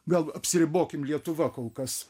gal apsiribokim lietuva kol kas